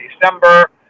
December